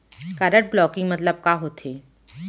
Card blocking मतलब का होथे?